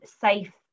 safe